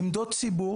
עמדות ציבור